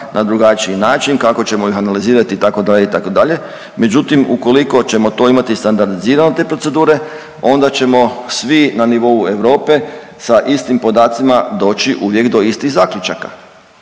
na drugačiji način, kako ćemo ih analizirati, itd., itd., međutim, ukoliko ćemo to imati standardizirano te procedure, onda ćemo svi na nivou Europe sa istim podacima doći uvijek do istih zaključaka.